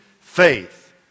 faith